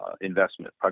investment